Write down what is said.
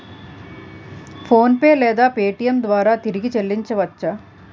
PhonePe లేదా Paytm ద్వారా తిరిగి చల్లించవచ్చ?